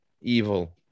evil